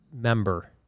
member